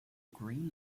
green